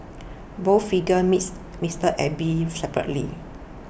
both figures meets Mister Abe separately